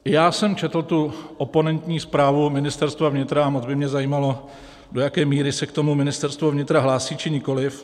Já jsem četl tu oponentní zprávu Ministerstva vnitra a moc by mě zajímalo, do jaké míry se k tomu Ministerstvo vnitra hlásí, či nikoliv.